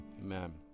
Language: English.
Amen